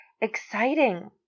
exciting